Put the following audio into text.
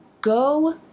go